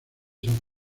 san